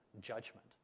judgment